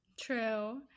True